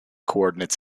coordinate